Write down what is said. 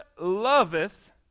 loveth